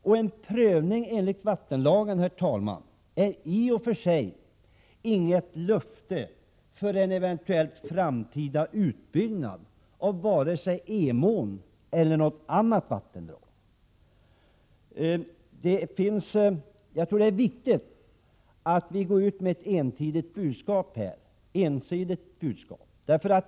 Och en prövning enligt vattenlagen, herr talman, är i och för sig inget löfte om framtida utbyggnad av vare sig Emån eller något annat vattendrag. Jag tror att det är viktigt att vi går ut med ett entydigt budskap.